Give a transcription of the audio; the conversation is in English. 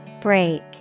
Break